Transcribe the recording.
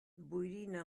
boirina